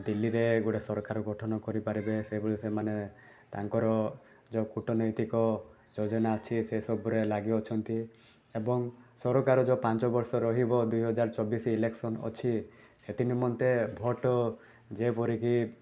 ଦିଲ୍ଲୀରେ ଗୋଟେ ସରକାର ଗଠନ କରିପାରିବେ ସେହିଭଳି ସେମାନେ ତାଙ୍କର ଯେଉଁ କୂଟନୈତିକ ଯୋଜନା ଅଛି ସେ ସବୁରେ ଲାଗି ଅଛନ୍ତି ଏବଂ ସରକାର ଯେଉଁ ପାଞ୍ଚବର୍ଷ ରହିବ ଦୁଇହଜାର ଚବିଶ ଇଲେକ୍ସନ ଅଛି ସେଥି ନିମନ୍ତେ ଭୋଟ ଯେପରିକି